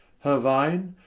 her vine,